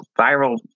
viral